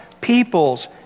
peoples